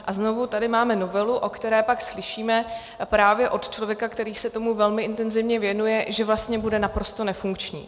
A znovu tady máme novelu, o které pak slyšíme právě od člověka, který se tomu velmi intenzivně věnuje, že vlastně bude naprosto nefunkční.